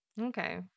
okay